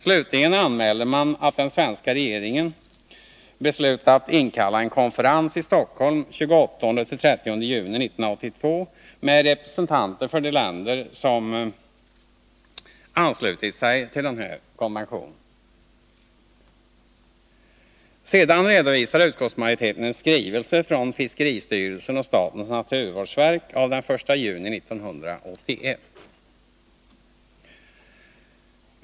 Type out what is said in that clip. Slutligen anmäler man att den svenska regeringen har beslutat inkalla en konferens i Stockholm den 28-30 juni 1982 med representanter för de länder som har anslutit sig till denna konvention. Sedan redovisar utskottsmajoriteten en skrivelse från fiskeristyrelsen och statens naturvårdsverk av den 1 juni 1981.